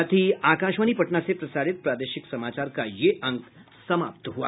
इसके साथ ही आकाशवाणी पटना से प्रसारित प्रादेशिक समाचार का ये अंक समाप्त हुआ